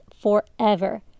forever